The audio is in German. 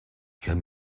kann